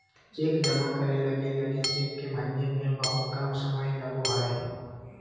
cheque जमा करे लगी लगी चेक के भंजे में बहुत कम समय लगो हइ